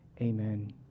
Amen